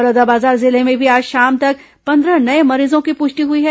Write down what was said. बलौदाबाजार जिले में भी आज शाम तक पन्द्रह नये मरीजों की पुष्टि हुई है